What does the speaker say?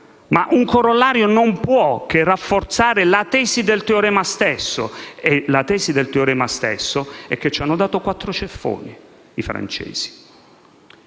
ma un corollario non può che rafforzare la tesi del teorema stesso, e la tesi del teorema è che i francesi ci hanno dato quattro ceffoni. Per